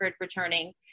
returning